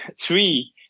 three